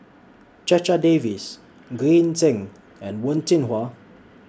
Checha Davies Green Zeng and Wen Jinhua